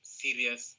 serious